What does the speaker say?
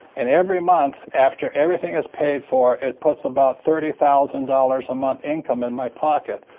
and every month, after everything is paid for, it puts about thirty thousand dollars a month income in my pocket,